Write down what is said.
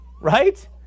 Right